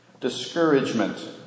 Discouragement